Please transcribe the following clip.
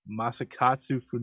Masakatsu